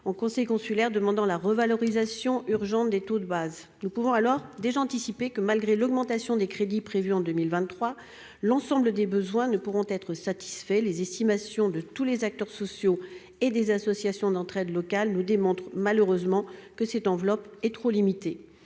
en conseil consulaire demandant la revalorisation urgente des taux de base. Nous pouvons déjà anticiper que, malgré l'augmentation des crédits prévue en 2023, l'ensemble des besoins ne pourront être satisfaits. Les estimations de tous les acteurs sociaux et des associations d'entraide locale nous démontrent que cette enveloppe est trop limitée.